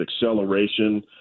acceleration